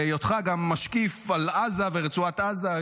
בהיותך גם משקיף על עזה ורצועת עזה,